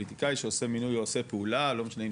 פוליטיקאי עושה מינוי או עושה פעולה לא משנה אם